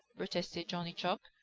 protested johnny chuck.